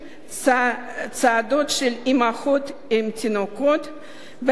צעדות של אמהות עם תינוקות בעגלות,